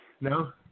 no